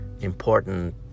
important